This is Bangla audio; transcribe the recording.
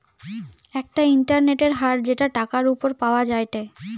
একটা ইন্টারেস্টের হার যেটা টাকার উপর পাওয়া যায়টে